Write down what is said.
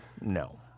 No